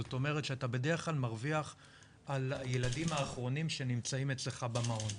זאת אומרת שאתה בדרך כלל מרוויח על הילדים האחרונים שנמצאים אצלך במעון,